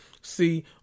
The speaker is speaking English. See